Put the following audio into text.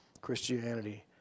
Christianity